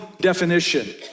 definition